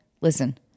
listen